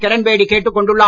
கிரண் பேடி கேட்டுக் கொண்டுள்ளார்